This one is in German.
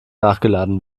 nachgeladen